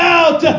out